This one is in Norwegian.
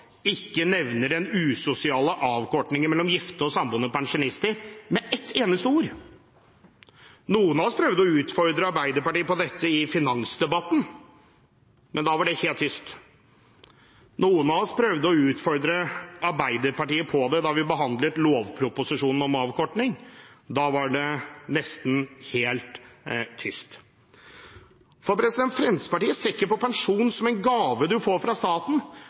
ikke nevner den usosiale avkortningen mellom gifte og samboende pensjonister med ett eneste ord. Noen av oss prøvde å utfordre Arbeiderpartiet på dette i finansdebatten, men da var det helt tyst. Noen av oss prøvde å utfordre Arbeiderpartiet på det da vi behandlet lovproposisjonen om avkortning. Da var det nesten helt tyst. Fremskrittspartiet ser ikke på pensjon som en gave man får fra staten.